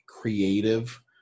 creative